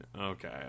okay